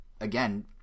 again